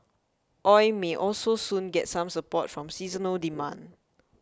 oil may also soon get some support from seasonal demand